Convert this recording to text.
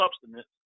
substance